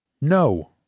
No